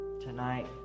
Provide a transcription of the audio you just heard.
tonight